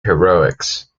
heroics